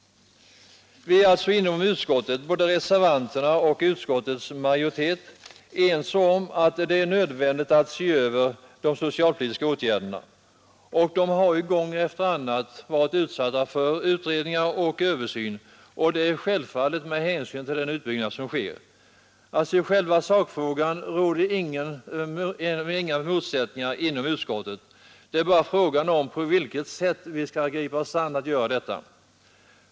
Både reservanterna och utskottets majoritet är alltså ense om att det är nödvändigt att se över de socialpolitiska åtgärderna. Dessa har gång efter annan varit utsatta för utredningar och översyn och det är självfallet med hänsyn till den utbyggnad som sker. I själva sakfrågan råder således inom utskottet inga motsättningar, det är bara frågan om på vilket sätt man skall gripa sig an saken.